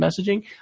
messaging